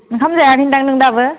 ओंखाम जायाखैनोदां नों दाबो